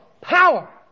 power